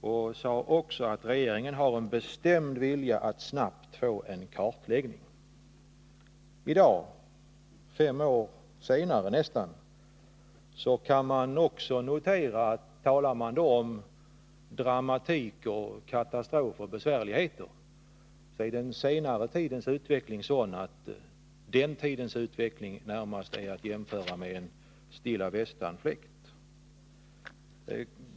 Han sade också att regeringen hade en bestämd vilja att snabbt få till stånd en kartläggning. I dag, nästan fem år senare, kan man notera att om man talar om dramatik, katastrof och besvärligheter, så är den senare tidens utveckling sådan att den tidens utveckling närmast är att jämföra med en stilla västanfläkt.